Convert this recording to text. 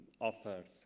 offers